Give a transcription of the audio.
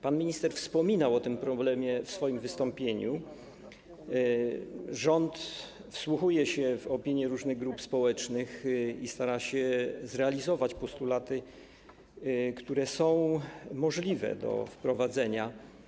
Pan minister wspominał o tym problemie w swoim wystąpieniu, rząd wsłuchuje się w opinie różnych grup społecznych i stara się zrealizować postulaty, które są możliwe do wprowadzenia.